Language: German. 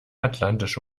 atlantische